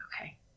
Okay